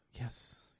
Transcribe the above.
Yes